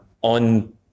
on